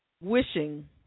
Wishing